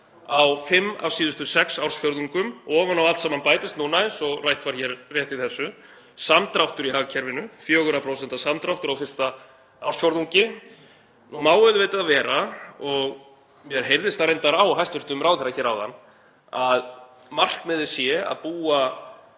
á fimm af síðustu sex ársfjórðungum. Ofan á allt saman bætist, eins og rætt var hér rétt í þessu, samdráttur í hagkerfinu, 4% samdráttur á fyrsta ársfjórðungi. Nú má auðvitað vera, og mér heyrðist það reyndar á hæstv. ráðherra hér áðan, að markmiðið sé að búa